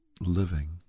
living